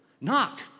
Knock